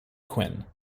quinn